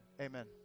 amen